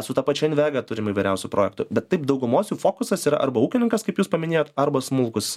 su ta pačia invega turim įvairiausių projektų bet taip daugumos jų fokusas yra arba ūkininkas kaip jūs paminėjot arba smulkūs